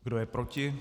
Kdo je proti?